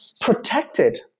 protected